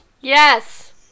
Yes